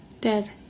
Dead